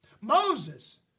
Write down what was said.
Moses